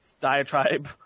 diatribe